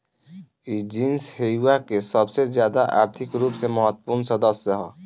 इ genus Hevea के सबसे ज्यादा आर्थिक रूप से महत्वपूर्ण सदस्य ह